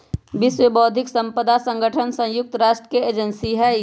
विश्व बौद्धिक साम्पदा संगठन संयुक्त राष्ट्र के एजेंसी हई